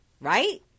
Right